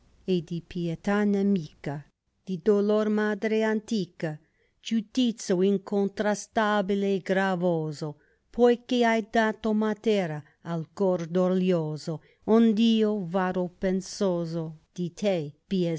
e di pietà nemica di dolor madre antica giudizio incontrastabile gravoso poich bai dato matera al cor doglioso ond io vado pensoso di te